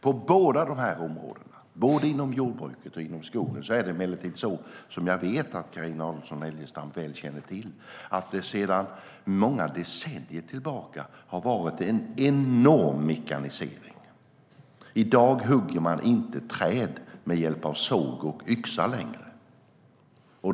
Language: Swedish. På båda dessa områden, inom jordbruket och inom skogen, har det emellertid under många decennier skett en enorm mekanisering, vilket jag vet att Carina Adolfsson Elgestam väl känner till. I dag hugger man inte träd med hjälp av såg och yxa.